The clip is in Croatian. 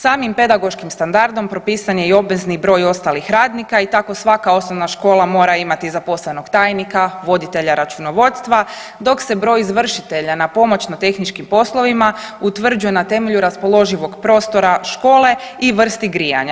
Samim pedagoškim standardom propisan je i obvezni broj ostalih radnika i tako svaka osnovna škola mora imati zaposlenog tajnika, voditelja računovodstva dok se broj izvršitelja na pomoćno tehničkim poslovima utvrđuju na temelju raspoloživog prostora škole i vrsti grijanja.